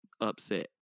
upset